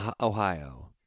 Ohio